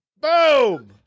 Boom